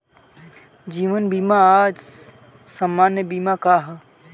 जीवन बीमा आ सामान्य बीमा का ह?